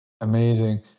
Amazing